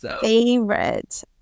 favorite